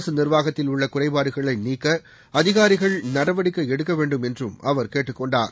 அரசு நிர்வாகத்தில் உள்ள குறைபாடுகளை நீக்க அதிகாரிகள் நடவடிக்கை எடுக்க வேண்டும் என்றும் அவர் கேட்டுக்கொண்டார்